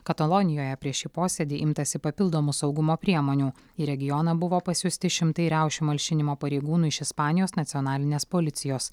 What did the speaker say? katalonijoje prieš šį posėdį imtasi papildomų saugumo priemonių į regioną buvo pasiųsti šimtai riaušių malšinimo pareigūnų iš ispanijos nacionalinės policijos